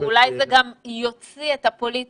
אגב, אולי זה גם יוציא את הפוליטיקה,